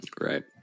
Right